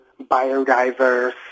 biodiverse